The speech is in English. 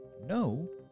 no